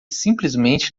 simplesmente